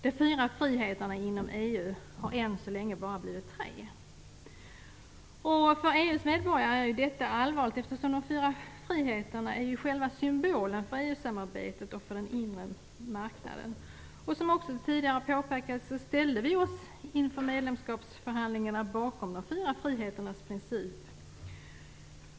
De fyra friheterna inom EU är ju ännu så länge bara tre. För EU:s medborgare är detta allvarligt, eftersom de fyra friheterna är själva symbolen för EU samarbetet och för den inre marknaden. Som också tidigare påpekats ställde vi inför medlemskapsförhandlingarna oss bakom de fyra friheternas princip.